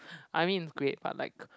I mean it's great but like